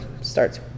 starts